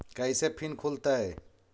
कैसे फिन खुल तय?